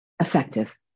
effective